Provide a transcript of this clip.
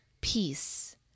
peace